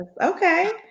okay